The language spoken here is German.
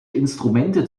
instrumente